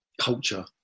culture